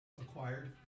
acquired